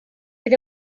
bydd